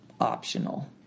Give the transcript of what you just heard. optional